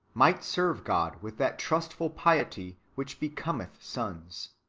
might serve god with that trustful piety which becometh sons.